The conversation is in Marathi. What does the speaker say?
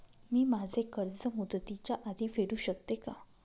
मी माझे कर्ज मुदतीच्या आधी फेडू शकते का?